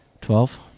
Twelve